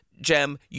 Jem